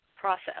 process